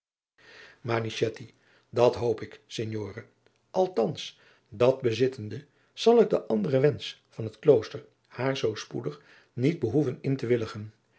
dat hoop ik signore althans dat bezittende zal ik den anderen wensch van het klooster haar zoo spoedig niet behoeven in te willigen